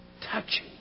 touching